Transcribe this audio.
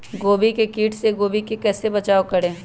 गोभी के किट से गोभी का कैसे बचाव करें?